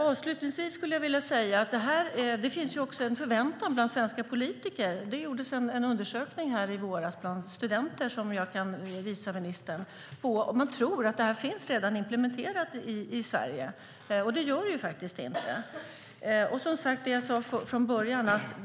Avslutningsvis skulle jag vilja säga att det finns en förväntan bland svenska politiker. Det gjordes en undersökning i våras bland studenter som jag kan visa ministern. Man tror att det här redan finns implementerat i Sverige, men det gör det ju inte.